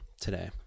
today